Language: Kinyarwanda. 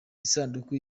isanduku